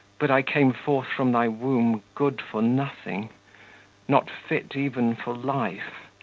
but i came forth from thy womb good for nothing not fit even for life.